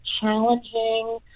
challenging